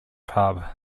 pub